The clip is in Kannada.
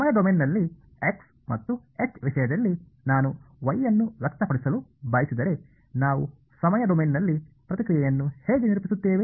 ಸಮಯ ಡೊಮೇನ್ನಲ್ಲಿ x ಮತ್ತು h ವಿಷಯದಲ್ಲಿ ನಾನು y ಅನ್ನು ವ್ಯಕ್ತಪಡಿಸಲು ಬಯಸಿದರೆ ನಾವು ಸಮಯ ಡೊಮೇನ್ನಲ್ಲಿ ಪ್ರತಿಕ್ರಿಯೆಯನ್ನು ಹೇಗೆ ನಿರೂಪಿಸುತ್ತೇವೆ